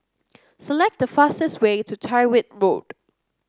select the fastest way to Tyrwhitt